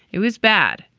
it was bad.